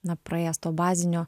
na praėjęs to bazinio